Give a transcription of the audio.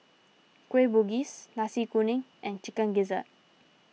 Kueh Bugis Nasi Kuning and Chicken Gizzard